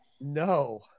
No